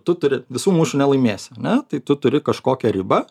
tu turi visų mūsų nelaimėsi ane tai tu turi kažkokią ribą